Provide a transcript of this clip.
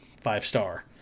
five-star